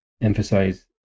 emphasize